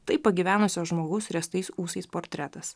tai pagyvenusio žmogaus riestais ūsais portretas